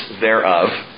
thereof